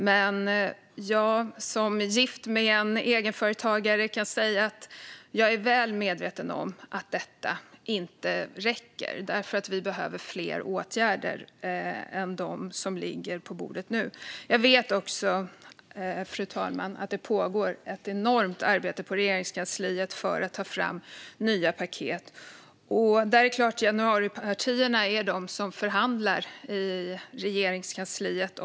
Men jag är som gift med en egenföretagare väl medveten om att detta inte räcker. Vi behöver fler åtgärder än dem som ligger på bordet nu. Jag vet också, fru talman, att det på Regeringskansliet pågår ett enormt arbete med att ta fram nya paket. Det är januaripartierna som förhandlar om detta i Regeringskansliet.